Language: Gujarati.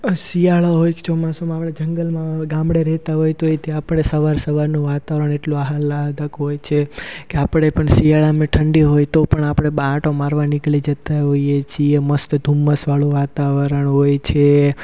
શિયાળો હોય કે ચોમાસુમાં આપણે જંગલમાં ગામડે રહેતા હોય તે આપણે સવાર સવારનું વાતાવરણ એટલું આહલાદક હોય છે કે આપણે પણ શિયાળામાં ઠંડી હોય તો પણ આપણે બહાર આંટો મારવા નીકળી જતાં હોઈએ છીએ મસ્ત ધુમ્મસવાળું વાતાવરણ હોય છે